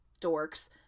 dorks